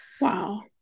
Wow